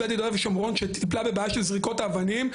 ביהודה ושומרון שטיפלה בבעיה של זריקות אבנים,